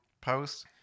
post